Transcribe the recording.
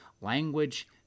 Language